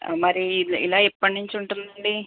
మరి ఇ ఇలా ఎప్పటినుంచి ఉంటుంది అండి